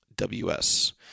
WS